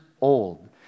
old